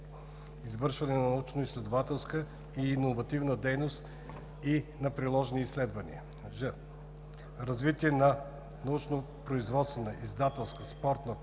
извършване на научноизследователска и иновационна дейност и на приложни изследвания; ж) развитие на научно-производствена, издателска, спортна,